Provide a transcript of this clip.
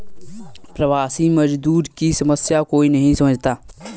प्रवासी मजदूर की समस्या कोई नहीं समझता